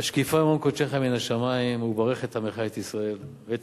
"השקיפה ממעון קדשך מן השמים וברך את עמך את ישראל ואת